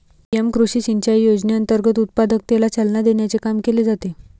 PM कृषी सिंचाई योजनेअंतर्गत उत्पादकतेला चालना देण्याचे काम केले जाते